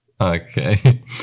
Okay